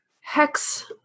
Hex